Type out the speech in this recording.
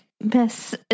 Miss